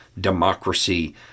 democracy